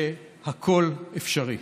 שהכול אפשרי.